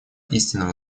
истинного